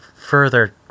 Further